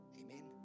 amen